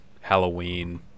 Halloween